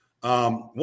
One